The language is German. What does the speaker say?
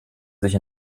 sich